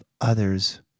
others